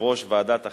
יושב-ראש ועדת החינוך,